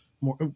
more